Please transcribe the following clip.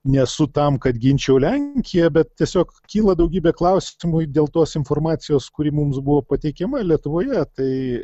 nesu tam kad ginčiau lenkiją bet tiesiog kyla daugybė klausimų dėl tos informacijos kuri mums buvo pateikiama lietuvoje tai